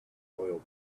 oil